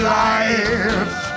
life